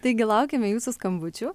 taigi laukiame jūsų skambučių